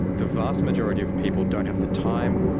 the vast majority of people don't have the time,